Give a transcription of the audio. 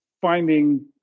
finding